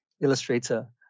illustrator